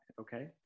Okay